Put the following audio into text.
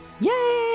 Yay